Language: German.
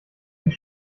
dich